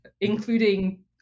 including